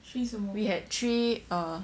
we had three err